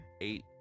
eight